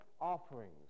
offerings